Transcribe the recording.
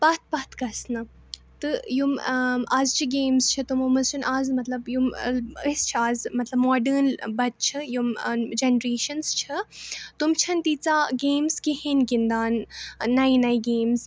پَتھ پَتھ گژھنہٕ تہٕ یِم اَز چہِ گیمٕز چھِ تِمو منٛز چھِنہٕ اَز مطلب یِم أسۍ چھِ اَز مطلب ماڈٲرن بَچہِ چھِ یِم جَنریشَنٕز چھےٚ تِم چھَ نہٕ تیٖژاہ گیمٕز کِہیٖنٛۍ گِنٛدان نَیہِ نَیہِ گیمٕز